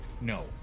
No